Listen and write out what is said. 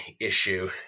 issue